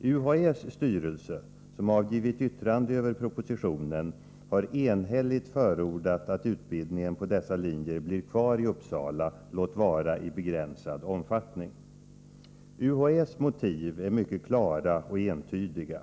UHÄ:s styrelse, som avgivit yttrande över propositionen, har enhälligt förordat att utbildningen på dessa linjer blir kvar i Uppsala — låt vara i begränsad omfattning. UHÄ:s motiv är mycket klara och entydiga.